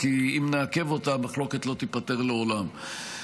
כי אם נעכב אותה המחלוקת לא תיפתר לעולם.